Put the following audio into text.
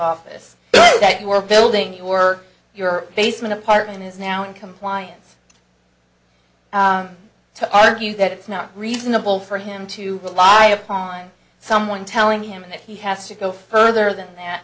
office that you were building your your basement apartment is now in compliance to argue that it's not reasonable for him to rely upon someone telling him if he has to go further than that